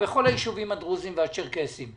בכל הישובים הדרוזים והצ'רקסיים.